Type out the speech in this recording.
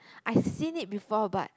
I seen it before but